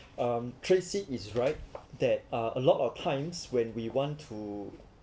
um tracy is right that are uh lot of times when we want to